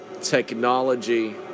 technology